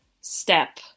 step